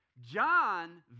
John